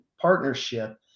partnership